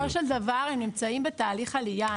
בסופו של דבר הם נמצאים בתהליך עלייה.